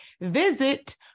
Visit